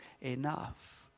enough